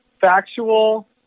factual